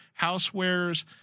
housewares